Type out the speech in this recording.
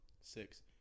Six